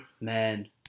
man